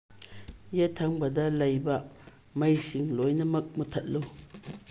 ꯌꯦꯠꯊꯪꯕꯗ ꯂꯩꯕ ꯃꯩꯁꯤꯡ ꯂꯣꯏꯅꯃꯛ ꯃꯨꯊꯠꯂꯨ